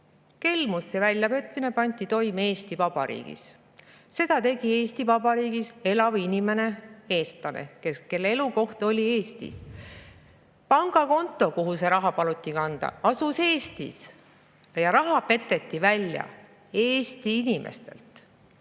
kelmus ja väljapetmine pandi toime Eesti Vabariigis. Seda tegi Eesti Vabariigis elav inimene, eestlane, kelle elukoht oli Eestis. Pangakonto, kuhu raha paluti kanda, asus Eestis. Raha peteti välja Eesti inimestelt.